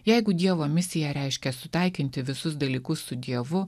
jeigu dievo misija reiškia sutaikinti visus dalykus su dievu